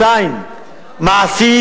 2. מעשית,